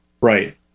Right